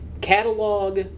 catalog